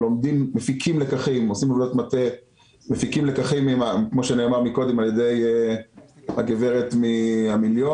מפיקים לקחים כמו שנאמר מקודם על ידי הגברת מהמיליון.